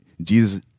Jesus